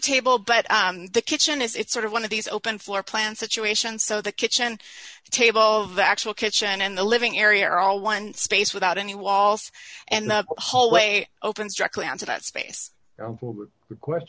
table but the kitchen is it's sort of one of these open floor plan situations so the kitchen table of the actual kitchen and the living area are all one space without any waltz and hallway opens directly on to that space